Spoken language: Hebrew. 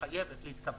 חייבת להתקבל: